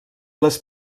les